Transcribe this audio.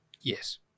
Yes